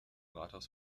rathaus